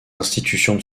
institutions